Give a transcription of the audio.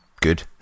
good